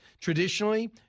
traditionally—